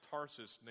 Tarsus